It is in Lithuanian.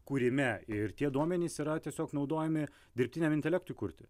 kūrime ir tie duomenys yra tiesiog naudojami dirbtiniam intelektui kurti